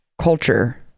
culture